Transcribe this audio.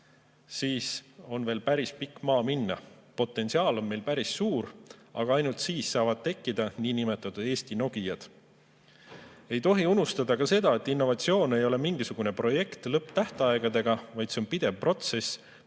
siis on veel päris pikk maa minna. Potentsiaal on meil päris suur, aga ainult nii saavad tekkida niinimetatud Eesti Nokiad. Ei tohi unustada ka seda, et innovatsioon ei ole mingisugune lõpptähtaegadega projekt, vaid see on pidev protsess,